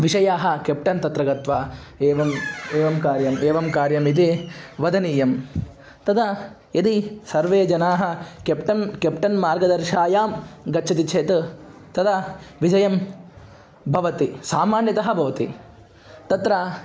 विषयः केप्टन् तत्र गत्वाएवम् एवं कार्यम् एवं कार्यमिति वदनीयं तदा यदि सर्वे जनाः केप्टन् केप्टन् मार्गदर्शायां गच्छन्ति चेत् तदा विजयं भवति सामान्यतः भवति तत्र